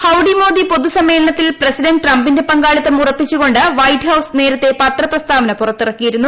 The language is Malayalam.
ഹൌഡി മോദി പൊതുസമ്മേളനത്തിൽ പ്രസിഡന്റ് ട്രംപിന്റെ പങ്കാളി ത്തം ഉറപ്പിച്ചുകൊണ്ട് വൈറ്റ്ഹൌസ് നേരത്തെ പത്രപ്രസ്താവന പു റത്തിറക്കിയിരുന്നു